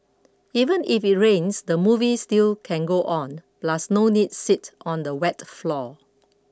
even if it rains the movie still can go on plus no need sit on the wet floor